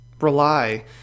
rely